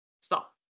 stop